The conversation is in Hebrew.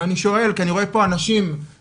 ואני שואל כי אני רואה פה אנשים צעירים,